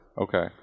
Okay